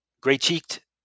gray-cheeked